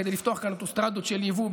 כדי לפתוח כאן אוטוסטרדות של יבוא,